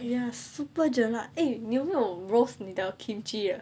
ya super gerald eh 你有没有 wash 你的 kimchi 的有没有拿去 grill